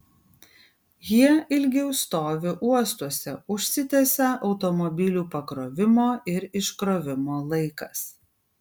jie ilgiau stovi uostuose užsitęsia automobilių pakrovimo ir iškrovimo laikas